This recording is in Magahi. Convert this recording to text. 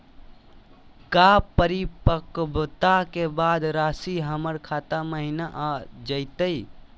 का परिपक्वता के बाद रासी हमर खाता महिना आ जइतई?